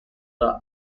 the